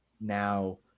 now